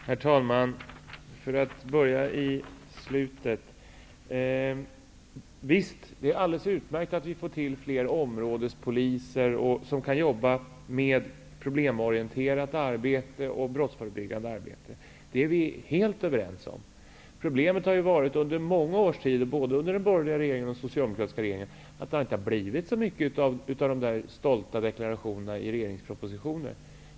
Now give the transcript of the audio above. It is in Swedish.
Herr talman! Visst, det är alldeles utmärkt att vi får fler områdespoliser som kan jobba mer problemorienterat och med brottsförebyggande arbete. Det är vi helt överens om. Problemet under många års tid -- både under borgerliga och under socialdemokratiska regeringar -- har varit att det inte har blivit så mycket av de stolta deklarationerna i regeringspropositioner.